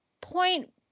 point